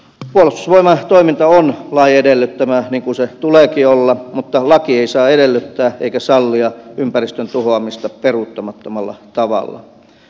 puolustusvoimien toiminta on lain edellyttämää niin kuin sen tuleekin olla mutta laki ei saa edellyttää eikä sallia ympäristön tuhoamista peruuttamattomalla tavalla